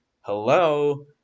hello